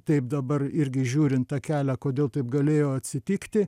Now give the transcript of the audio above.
taip dabar irgi žiūrint tą kelią kodėl taip galėjo atsitikti